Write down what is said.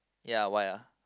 ya why ah